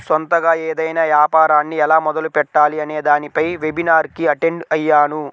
సొంతగా ఏదైనా యాపారాన్ని ఎలా మొదలుపెట్టాలి అనే దానిపై వెబినార్ కి అటెండ్ అయ్యాను